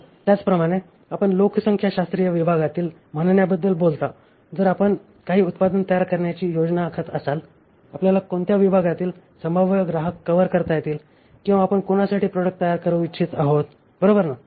तर त्याचप्रमाणे आपण लोकसंख्याशास्त्रीय विभागातील म्हणण्याबद्दल बोलता जर आपण काही उत्पादन तयार करण्याची योजना आखत असाल तर आपल्याला कोणत्या विभागातील संभाव्य ग्राहक कव्हर करता येतील किंवा आपण कोणासाठी प्रॉडक्ट तयार करू इच्छित आहोत बरोबर ना